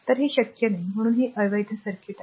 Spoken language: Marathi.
तर हे शक्य नाही म्हणून हे अवैध सर्किट आहे